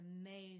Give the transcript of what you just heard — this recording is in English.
amazing